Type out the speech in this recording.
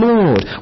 Lord